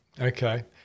okay